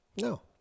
No